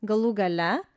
galų gale